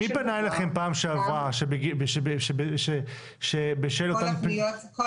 מי פנה אליכם פעם שעברה, שבשל אותן פניות ---?